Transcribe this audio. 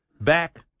back